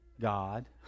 God